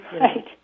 Right